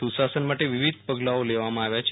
સુ સાસન માટે વિવિધ પગલાઓ લેવામાં આવ્યા છે